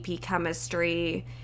chemistry